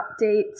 updates